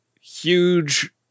huge